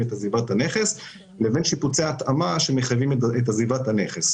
את עזיבת הנכס לבין שיפוצי התאמה שמחייבים את עזיבת הנכס,